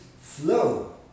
flow